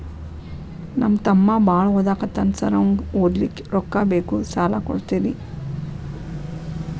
ನಮ್ಮ ತಮ್ಮ ಬಾಳ ಓದಾಕತ್ತನ ಸಾರ್ ಅವಂಗ ಓದ್ಲಿಕ್ಕೆ ರೊಕ್ಕ ಬೇಕು ಸಾಲ ಕೊಡ್ತೇರಿ?